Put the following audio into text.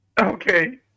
okay